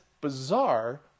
bizarre